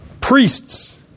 priests